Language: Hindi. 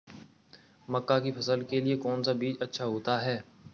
मक्का की फसल के लिए कौन सा बीज अच्छा होता है?